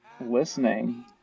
listening